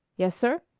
yes, sir?